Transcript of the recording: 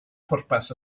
pwrpas